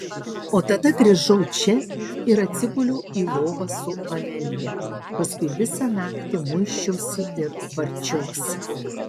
o tada grįžau čia ir atsiguliau į lovą su amelija paskui visą naktį muisčiausi ir varčiausi